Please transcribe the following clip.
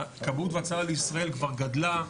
כבאות והצלה לישראל כבר גדלה,